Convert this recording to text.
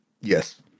Yes